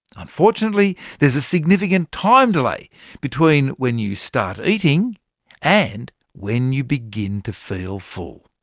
unfortunately, there's a significant time delay between when you start eating and when you begin to feel full.